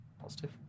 positive